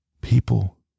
People